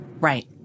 Right